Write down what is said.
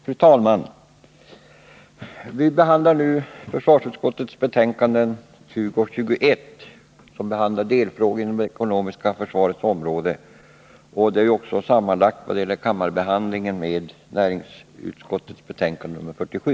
Fru talman! Vi behandlar nu försvarsutskottets betänkanden 20 och 21, som gäller delfrågor inom det ekonomiska försvarets område. När det gäller kammarbehandlingen har dessa betänkanden sammanlagts med näringsutskottets betänkande nr 47.